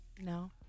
No